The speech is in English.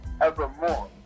evermore